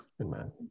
amen